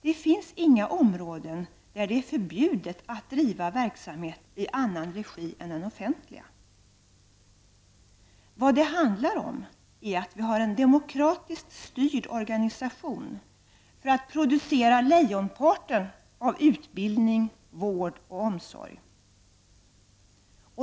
Det finns inga områden där det är förbjudet att driva verksamhet i annan regi än den offentliga. Vad det handlar om är att vi har en demokratiskt styrd organisation för att producera lejonparten av utbildning, vård och omsorg.